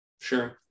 Sure